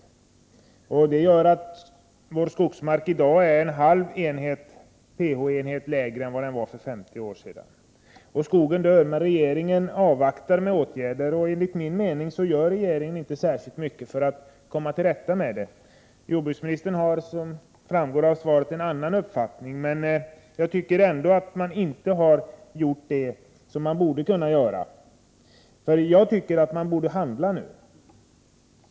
Detta har lett till att vår skogsmark i dag har ett pH-värde som ligger en halv enhet lägre än för 50 år sedan. Skogen dör, men regeringen avvaktar med åtgärder. Enligt min mening gör regeringen inte särskilt mycket för att komma till rätta med detta. Jordbruksministern har, som framgår av svaret, en annan uppfattning, men jag tycker ändå att man inte har gjort det som man borde kunna göra. Jag tycker att man borde handla nu.